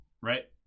Right